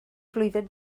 flwyddyn